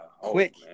quick